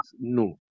No